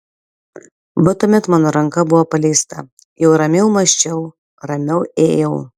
va tuomet mano ranka buvo paleista jau ramiau mąsčiau ramiau ėjau